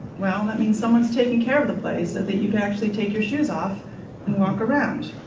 well that means someone's taking care of the place and that you can actually takes your shoes off and walk around.